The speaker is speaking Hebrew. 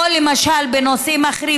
או בנושאים אחרים,